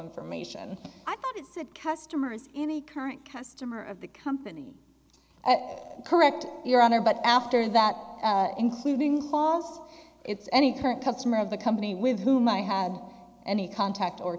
information i thought it said customers any current customer of the company correct your honor but after that including false it's any current customer of the company with whom i had any contact or